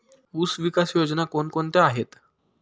ऊसविकास योजना कोण कोणत्या आहेत?